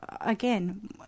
again